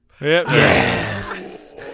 Yes